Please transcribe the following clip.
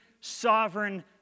sovereign